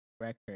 record